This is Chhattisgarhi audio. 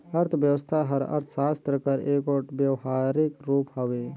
अर्थबेवस्था हर अर्थसास्त्र कर एगोट बेवहारिक रूप हवे